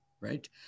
Right